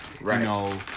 Right